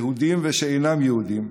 יהודים ושאינם יהודים,